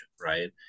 right